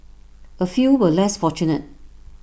A few were less fortunate